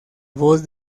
voz